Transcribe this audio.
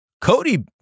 Cody